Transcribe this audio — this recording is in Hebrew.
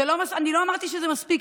זה לא מספיק, אני לא אמרתי שזה מספיק.